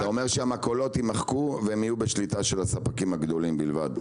זה אומר שהמכולות ימחקו והן יהיו בשליטה של הספקים הגדולים בלבד.